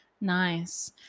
nice